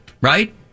right